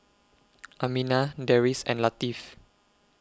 Aminah Deris and Latif